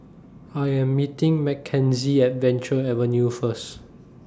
I Am meeting Mckenzie At Venture Avenue First